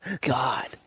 god